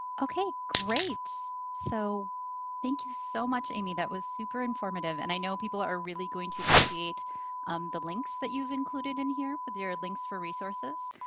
okay great, so thank you so much amy. that was super informative and i know people are really going to appreciate the links that you've included in here. but there are links for resources.